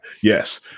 Yes